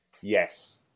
Yes